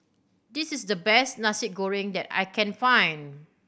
this is the best Nasi Goreng that I can find